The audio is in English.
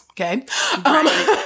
Okay